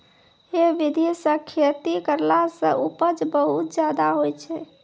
है विधि सॅ खेती करला सॅ उपज बहुत ज्यादा होय छै